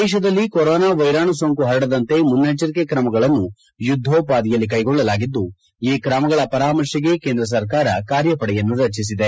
ದೇಶದಲ್ಲಿ ಕೊರೋನಾ ವೈರಾಣು ಸೋಂಕು ಪರಡದಂತೆ ಮುನ್ನೆಚ್ಚರಿಕೆ ಕ್ರಮಗಳನ್ನು ಯುದ್ದೋಪಾದಿಯಲ್ಲಿ ಕೈಗೊಳ್ಳಲಾಗಿದ್ದು ಈ ಕ್ರಮಗಳ ಪರಾಮರ್ತೆಗೆ ಕೇಂದ್ರ ಸರ್ಕಾರ ಕಾರ್ಯಪಡೆಯನ್ನು ರಚಿಸಿದೆ